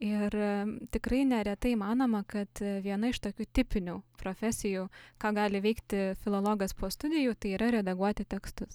ir tikrai neretai manoma kad viena iš tokių tipinių profesijų ką gali veikti filologas po studijų tai yra redaguoti tekstus